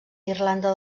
irlanda